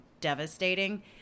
devastating